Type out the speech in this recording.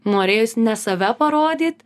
norėjus ne save parodyt